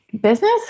business